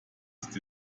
ist